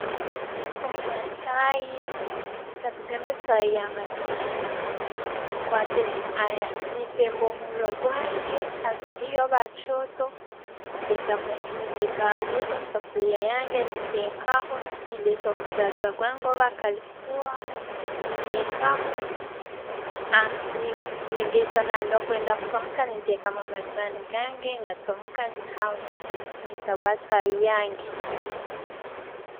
Kuchumba chai, katugambe chai yamajani, nenkwata, nempemba omuuro gwange, hasigiri orba hakyooto, nentakamu amaiizi musefulya yange, ntekaho. Nendeta omujaja gwange orba kalifuha, nentekamu. Negaisana negakwenda kuchamuka, nentekamu amajaani gange, gachamuka, nenyihaho ntabura chai yange.